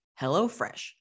HelloFresh